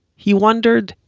he wondered,